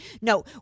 No